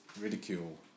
ridicule